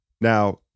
Now